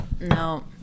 No